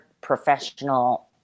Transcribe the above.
professional